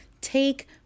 take